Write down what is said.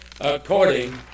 according